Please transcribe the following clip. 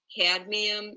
cadmium